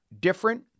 different